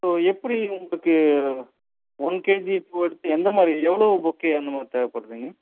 இப்போது எப்படி உங்களுக்கு ஒன் கேஜி பூ எடுத்து எந்த மாதிரி எவ்வளோ பொக்கே அந்தமாதிரி தேவைப்படுதுங்க